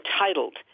entitled